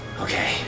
Okay